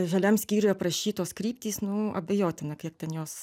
žaliam skyriuj aprašytos kryptys nu abejotina kiek ten jos